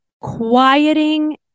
quieting